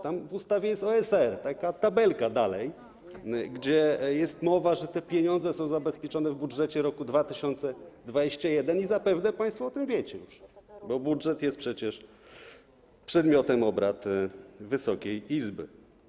Tam w ustawie jest OSR, taka tabelka, tam dalej, gdzie jest mowa, że te pieniądze są zabezpieczone w budżecie na 2021 r., i zapewne państwo o tym wiecie już, bo budżet jest przecież przedmiotem obrad Wysokiej Izby.